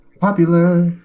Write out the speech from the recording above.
popular